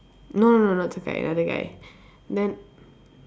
no no no not Zhen Kai another guy then